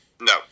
No